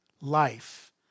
life